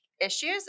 issues